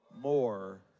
more